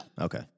okay